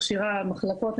מכשירה מחלקות.